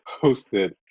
posted